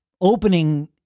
opening